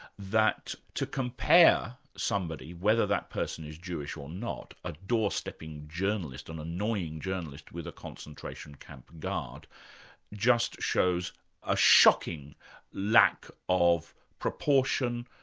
that to compare somebody whether that person is jewish or not, a door stepping journalist an annoying journalist with a concentration camp guard just shows a shocking lack of proportion,